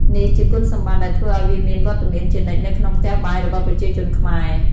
នេះជាគុណសម្បត្តិដែលធ្វើឲ្យវាមានវត្តមានជានិច្ចនៅក្នុងផ្ទះបាយរបស់ប្រជាជនខ្មែរ។